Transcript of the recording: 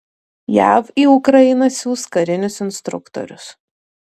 jav į ukrainą siųs karinius instruktorius